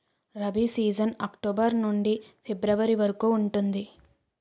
rabi season October నుండి ఫిబ్రవరి వరకు ఉంటుంది